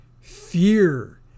Fear